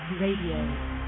Radio